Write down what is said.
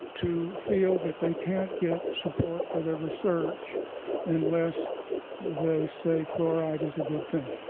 to feel that they can't get support for their research unless they say fluoride is a good thing.